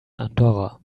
andorra